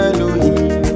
Elohim